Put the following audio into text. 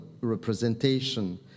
representation